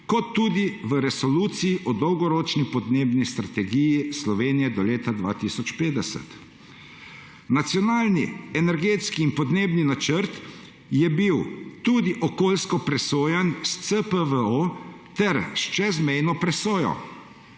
kot tudi v resolucijo o Dolgoročni podnebni strategiji Slovenije do leta 2050. Nacionalni energetski in podnebni načrt je bil tudi okoljsko presojan, s CPVO ter s čezmejno presojo.